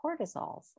cortisols